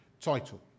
title